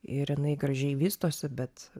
ir jinai gražiai vystosi bet